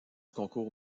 concours